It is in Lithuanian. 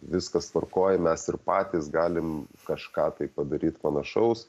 viskas tvarkoj mes ir patys galim kažką tai padaryt panašaus